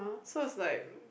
so I was like